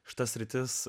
šita sritis